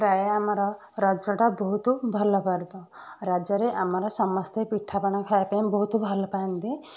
ପ୍ରାୟ ଆମର ରଜଟା ବହୁତ ଭଲ ପର୍ବ ରଜରେ ଆମର ସମସ୍ତେ ପିଠାପଣା ଖାଇବା ପାଇଁ ବହୁତ ଭଲ ପାଆନ୍ତି